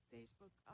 Facebook